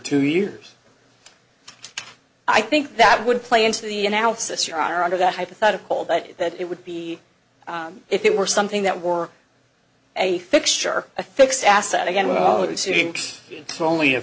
two years i think that would play into the analysis you are under the hypothetical but that it would be if it were something that were a fixture a fixed asset again with only a